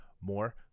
more